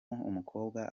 umukobwa